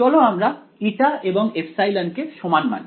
চলো আমরা η এবং ε কে সমান মানি